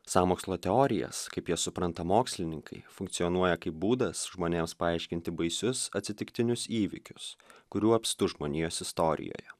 sąmokslo teorijas kaip jas supranta mokslininkai funkcionuoja kaip būdas žmonėms paaiškinti baisius atsitiktinius įvykius kurių apstu žmonijos istorijoje